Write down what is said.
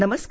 नमस्कार